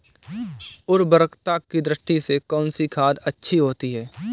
उर्वरकता की दृष्टि से कौनसी खाद अच्छी होती है?